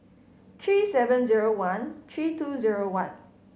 three seven zero one three two zero one